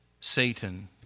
Satan